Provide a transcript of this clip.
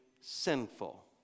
sinful